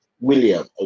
William